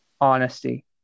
honesty